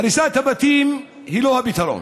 הריסת הבתים היא לא הפתרון.